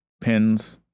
pins